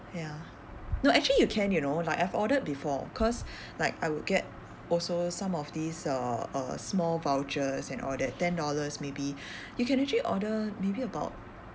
ya no actually you can you know like I have ordered before cause like I would get also some of these uh uh small vouchers and all that ten dollars maybe you can actually order maybe about